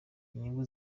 inyungu